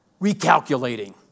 recalculating